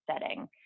setting